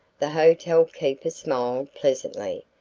the hotel keeper smiled pleasantly,